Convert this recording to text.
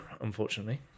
unfortunately